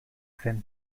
zen